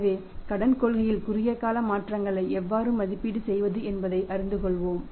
எனவே கடன் கொள்கையில் குறுகிய கால மாற்றங்களை எவ்வாறு மதிப்பீடு செய்வது என்பதை அறிந்து கொள்வோம்